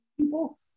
people